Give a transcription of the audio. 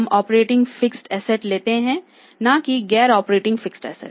हम operating fixed asset लेते हैं न कि गैर ऑपरेटिंग फिक्स्ड एसेट